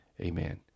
amen